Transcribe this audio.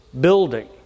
building